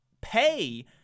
pay